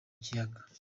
kiyaga